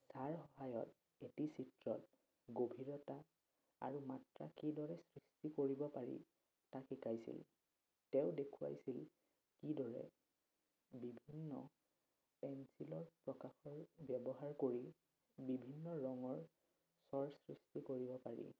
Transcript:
ছাঁৰ সহায়ত এটি চিত্ৰত গভীৰতা আৰু মাত্ৰা কিদৰে সৃষ্টি কৰিব পাৰি তাক শিকাইছিল তেওঁ দেখুৱাইছিল কিদৰে বিভিন্ন পেঞ্চিলৰ প্ৰকাৰৰ ব্যৱহাৰ কৰি বিভিন্ন ৰঙৰ চৰ সৃষ্টি কৰিব পাৰি